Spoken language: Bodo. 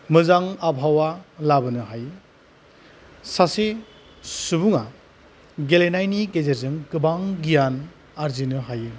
मोजां आबहावा लाबोनो हायो सासे सुबुङा गेलेनायनि गेजेरजों गोबां गियाव आरजिनो हायो